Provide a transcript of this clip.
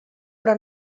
però